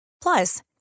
Plus